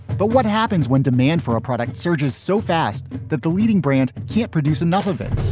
but what happens when demand for a product surges so fast that the leading brand can't produce enough of it?